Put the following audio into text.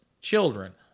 children